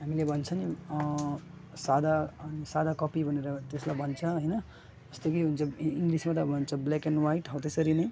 हामीले भन्छ नि सादा सादा कपी भनेर त्यसलाई भन्छ होइन जस्तो हुन्छ इ इङ्लिसमा त भन्छ ब्ल्याक एन्ड व्हाइट हौ त्यसरी नै